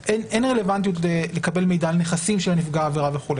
אין רלוונטיות לקבל מידע על נכסים של נפגע העבירה וכו',